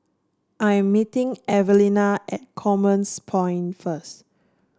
I am meeting Evelena at Commerce Point first